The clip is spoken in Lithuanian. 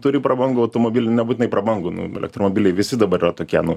turi prabangų automobilį nebūtinai prabangų nu elektromobiliai visi dabar yra tokie nu